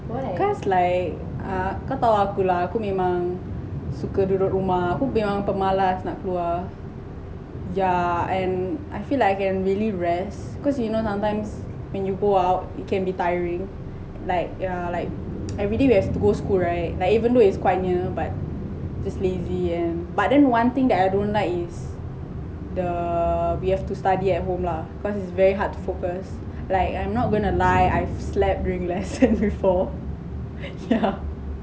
because like err kau tau aku lah aku memang suka duduk rumah aku memang pemalas nak keluar yeah and I feel like I can really rest cause you know sometimes when you go out you can be tiring like yeah like everyday we have to school right like even though its quite near but just lazy and but then one thing I don't like is the we have to study at home lah because its very hard to focus like I'm not gonna lie I slept during lessons before yeah